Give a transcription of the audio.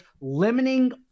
limiting